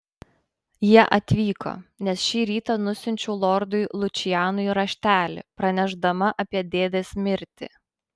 jie atvyko nes šį rytą nusiunčiau lordui lučianui raštelį pranešdama apie dėdės mirtį